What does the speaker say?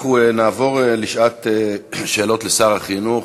אנחנו נעבור לשעת שאלות לשר החינוך.